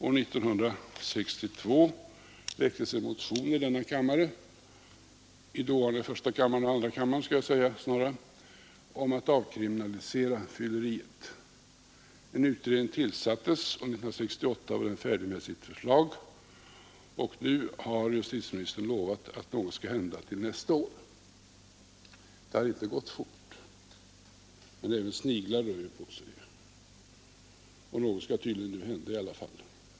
År 1962 väcktes en motion i dåvarande första och andra kammaren om att avkriminalisera fylleriet. En utredning tillsattes, och 1968 var den färdig med sitt förslag. Nu har justitieministern lovat att något skall hända till nästa år. Det har inte gått fort, men även sniglar rör ju på sig och något skall tydligen nu hända i varje fall.